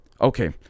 Okay